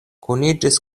kuniĝis